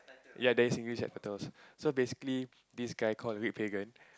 ya there is English subtitles so basically this guy called red pagan